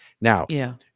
Now